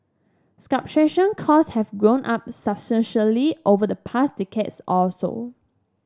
cost have gone up substantially over the past decades or so